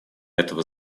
этого